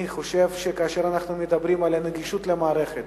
אני חושב שכאשר אנחנו מדברים על נגישות למערכת